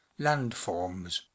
Landforms